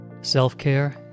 Self-care